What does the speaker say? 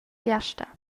fiasta